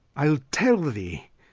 i'll tell thee.